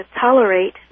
tolerate